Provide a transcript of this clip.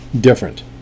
different